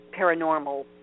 paranormal